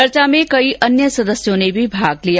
चर्चा में कई अन्य सदस्यों ने भी भाग लिया